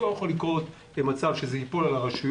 לא יכול להיות שזה ייפול על הרשויות,